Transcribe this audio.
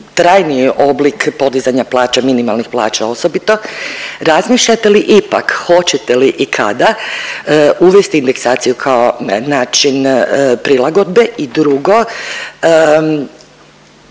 trajniji oblik podizanja plaće, minimalnih plaća osobito. Razmišljate li ipak hoćete li i kada uvesti indeksaciju kao način prilagodbe i drugo